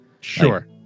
Sure